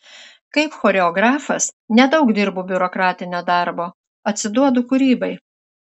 kaip choreografas nedaug dirbu biurokratinio darbo atsiduodu kūrybai